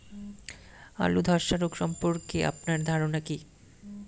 আলু ধ্বসা রোগ সম্পর্কে আপনার ধারনা কী?